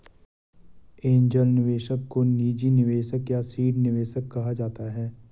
angel निवेशक को निजी निवेशक या सीड निवेशक कहा जाता है